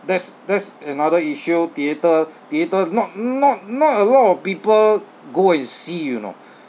that's that's another issue theatre theatre not not not a lot of people go and see you know